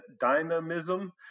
dynamism